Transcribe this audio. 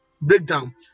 Breakdown